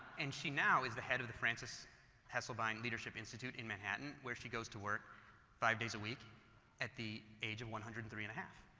and she now is the head of the frances hesselbein leadership institute in manhattan where she goes to work five days a week at the age of one hundred and three and